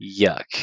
yuck